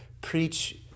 preach